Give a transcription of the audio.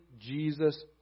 Jesus